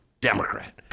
Democrat